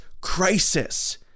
crisis